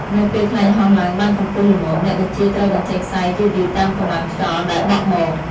នៅពេលខ្លែងហោះឡើងបានកម្ពស់ល្មម អ្នកបញ្ជាត្រូវបញ្ចេញខ្សែយឺតៗតាមកម្លាំងខ្យល់ដែលបក់មក។